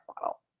model